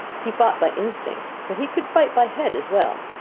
he fought by instinct, but he could fight by head as well.